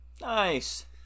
Nice